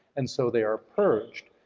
and so they are purged.